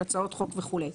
של הצעות חוק וכולי.